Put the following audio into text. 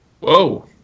Whoa